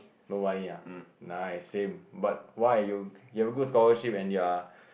no money ah nice same but why you you have a good scholarship and you are